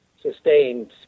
sustained